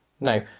No